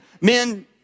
men